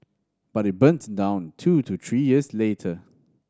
but it burned down two to three years later